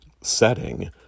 setting